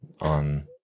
on